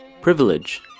Privilege